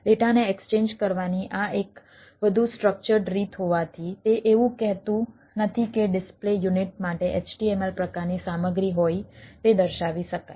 ડેટાને એક્સચેન્જ કરવાની આ એક વધુ સ્ટ્રક્ચર્ડ માટે HTML પ્રકારની સામગ્રી હોય તે દર્શાવી શકાય